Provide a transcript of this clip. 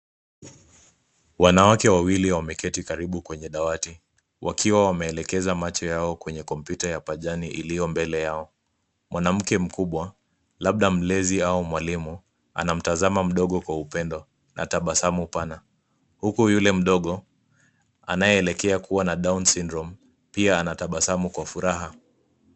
Wanawake wawili wameketi karibu kwenye dawati wakiwa wameelekeza macho yao kwenye kompyuta ya pajani iliyo mbele yao. Mwanamke mkubwa labda mlezi au mwalimu anamtazama mdogo kwa upendo na tabasamu pana huku yule mdogo anayeelekea kuwa na down syndrome pia anatabasamu kwa furaha.